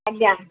ଆଜ୍ଞା